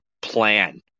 plan